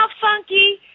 funky